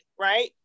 right